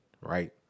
right